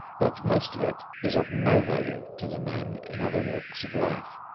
but most of it is of no value to the man in other walks of life.